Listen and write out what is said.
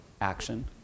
action